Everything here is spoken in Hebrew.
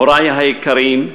הורי היקרים,